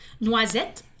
noisette